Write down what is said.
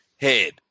head